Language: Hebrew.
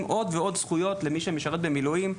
עוד ועוד זכויות למי שמשרת במילואים.